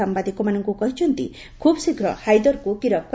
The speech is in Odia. ସାମ୍ବାଦିକମାନଙ୍କୁ କହିଛନ୍ତି ଖୁବ୍ ଶୀଘ୍ର ହାଇଦରକୁ ଗିରଫ କରାଯିବ